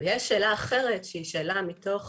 יש שאלה אחרת שהיא שאלה מתוך